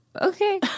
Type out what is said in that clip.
Okay